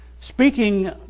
speaking